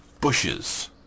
bushes